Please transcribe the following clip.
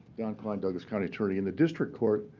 don kleine, douglas county attorney. in the district court,